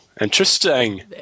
interesting